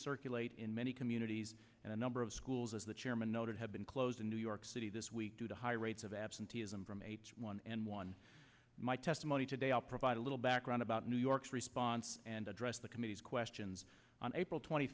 circulate in many communities and a number of schools as the chairman noted have been closed in new york city this week due to high rates of absenteeism from h one n one my testimony today i'll provide a little background about new york's response and addressed the committee's questions on april twenty